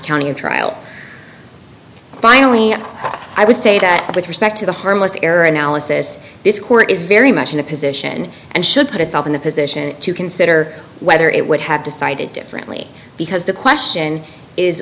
county a trial finally i would say that with respect to the harmless error analysis this court is very much in a position and should put itself in the position to consider whether it would have decided differently because the question is